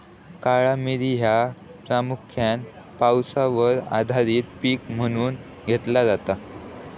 काळा मिरी ह्या प्रामुख्यान पावसावर आधारित पीक म्हणून घेतला जाता